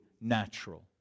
natural